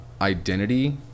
identity